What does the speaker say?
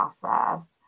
process